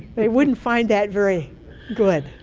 they wouldn't find that very good.